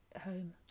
Home